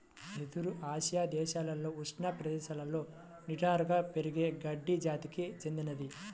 వెదురు ఆసియా దేశాలలో ఉష్ణ ప్రదేశాలలో నిటారుగా పెరిగే గడ్డి జాతికి చెందినది